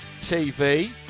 TV